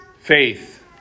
Faith